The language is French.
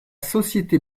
société